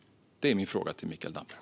Det är min fråga till Mikael Damberg.